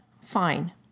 Fine